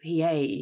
PA